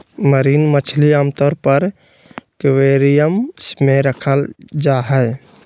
marine मछली आमतौर पर एक्वेरियम मे रखल जा हई